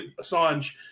Assange